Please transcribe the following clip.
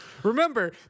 Remember